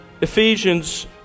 Ephesians